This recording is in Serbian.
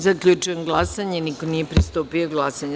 Zaključujem glasanje: niko nije pristupio glasanju.